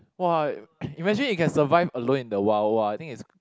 !wah! imagine you can survive alone in the wild !wah! I think is